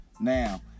Now